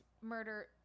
murder